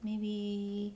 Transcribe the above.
maybe